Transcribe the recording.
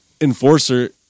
enforcer